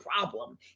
problem